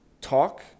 talk